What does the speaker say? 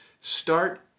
start